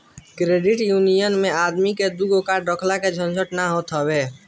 credit union मे आदमी के दूगो कार्ड रखला के झंझट ना होत हवे